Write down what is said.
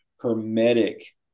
hermetic